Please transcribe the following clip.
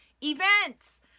events